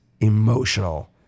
emotional